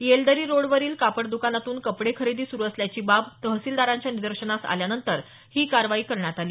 येलदरी रोडवरील कापड द्कानातून कपडे खरेदी सुरु असल्याची बाब तहसीलदारांच्या निदर्शनास आल्यानंतर ही कारवाई करण्यात आली